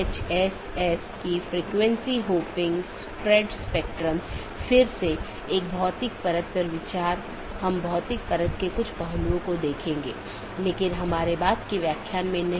यहाँ multi home AS के 2 या अधिक AS या उससे भी अधिक AS के ऑटॉनमस सिस्टम के कनेक्शन हैं